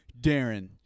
Darren